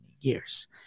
years